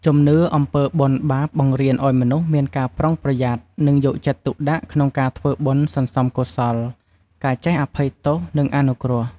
ជំនឿ អំពីបុណ្យបាបបង្រៀនឲ្យមនុស្សមានការប្រុងប្រយ័ត្ន និងយកចិត្តទុកដាក់ក្នុងការធ្វើបុណ្យសន្សំកុសល ការចេះអភ័យទោស និងអនុគ្រោះ។